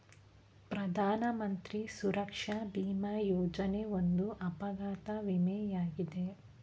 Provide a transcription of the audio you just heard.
ಪ್ರಧಾನಮಂತ್ರಿ ಸುರಕ್ಷಾ ಭಿಮಾ ಯೋಜನೆ ಒಂದು ಅಪಘಾತ ವಿಮೆ ಯಾಗಿದೆ